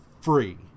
free